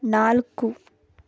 ನಾಲ್ಕು